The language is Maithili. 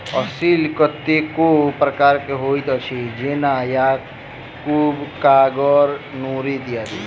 असील कतेको प्रकारक होइत अछि, जेना याकूब, कागर, नूरी इत्यादि